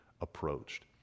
approached